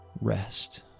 rest